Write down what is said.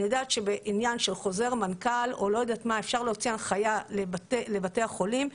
אני יודעת שבעניין של חוזר מנכ"ל אפשר להוציא הנחיה לבתי החולים,